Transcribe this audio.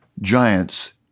giants